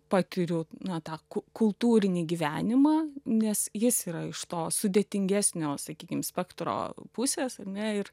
patiriu na tą ku kultūrinį gyvenimą nes jis yra iš to sudėtingesnio sakykim spektro pusės ane ir